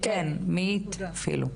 מאית אפילו.